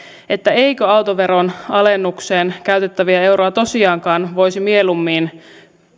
eikö autoveron alennukseen käytettäviä euroja tosiaankaan voisi mieluummin